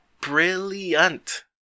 brilliant